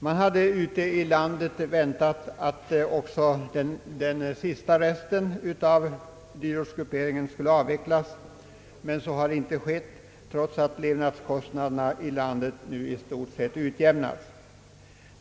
Man hade ute i landet väntat att också den sista resten av dyrortsgrup peringen skulle avvecklas, men så har inte skett trots att levnadskostnaderna i landet nu i stort sett utjämnats.